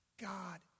God